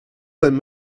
when